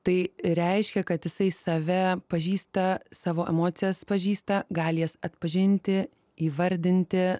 tai reiškia kad jisai save pažįsta savo emocijas pažįsta gali jas atpažinti įvardinti